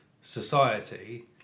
society